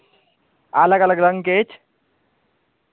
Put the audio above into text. आ अलग अलग रङ्गके अछि